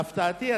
להפתעתי,